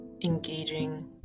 engaging